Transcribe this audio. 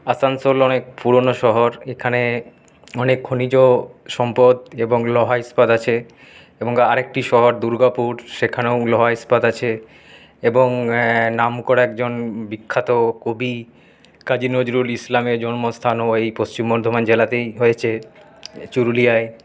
আসানসোল অনেক পুরোনো শহর এখানে অনেক খনিজ সম্পদ এবং লোহা ইস্পাত আছে এবং আরেকটি শহর দুর্গাপুর সেখানেও লোহা ইস্পাত আছে এবং নাম করা একজন বিখ্যাত কবি কাজী নজরুল ইসলামের জন্মস্থানও এই পশ্চিম বর্ধমান জেলাতেই হয়েছে চুরুলিয়ায়